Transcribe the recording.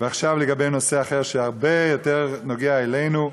עכשיו לגבי נושא אחר, שהרבה יותר נוגע לנו.